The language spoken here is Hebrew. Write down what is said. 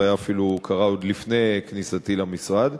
זה קרה אפילו עוד לפני כניסתי למשרד.